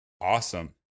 awesome